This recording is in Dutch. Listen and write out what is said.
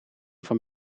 van